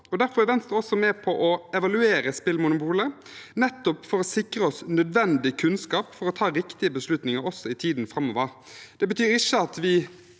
Derfor er Venstre også med på å evaluere spillmonopolet, nettopp for å sikre oss nødvendig kunnskap for å ta riktige beslutninger også i tiden framover. Det betyr ikke at vi